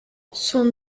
son